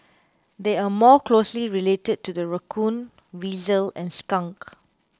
they are more closely related to the raccoon weasel and skunk